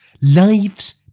Lives